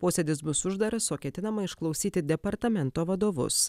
posėdis bus uždaras o ketinama išklausyti departamento vadovus